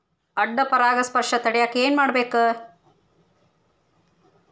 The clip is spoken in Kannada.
ಅಡ್ಡ ಪರಾಗಸ್ಪರ್ಶ ತಡ್ಯಾಕ ಏನ್ ಮಾಡ್ಬೇಕ್?